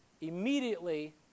immediately